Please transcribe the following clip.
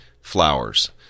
flowers